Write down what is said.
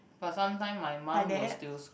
but sometime my mum will still scold